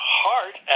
heart